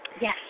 Yes